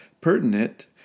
pertinent